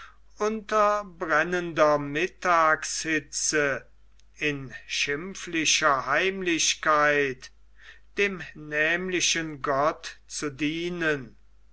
unter brennender mittagshitze in schimpflicher heimlichkeit dem nämlichen gott zu dienen